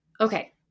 Okay